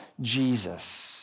Jesus